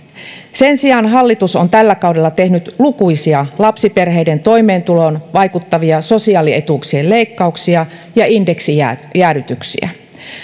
sen sijaan hallitus on tällä kaudella tehnyt lukuisia lapsiperheiden toimeentuloon vaikuttavia sosiaalietuuksien leikkauksia ja indeksijäädytyksiä